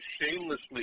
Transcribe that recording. shamelessly